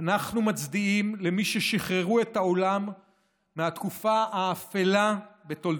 אנחנו מצדיעים למי ששחררו את העולם מהתקופה האפלה בתולדותיו.